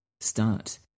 start